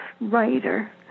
writer